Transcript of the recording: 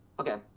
Okay